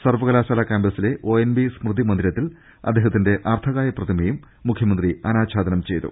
സർവകലാശാല ക്യാമ്പസിലെ ഒഎൻവി സ്മൃതി മന്ദിരത്തിൽ അദ്ദേഹത്തിന്റെ അർദ്ധകായ പ്രതി മയും മുഖ്യമന്ത്രി അനാച്ഛാദനം ചെയ്തു